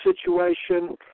situation